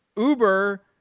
uber,